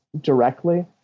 directly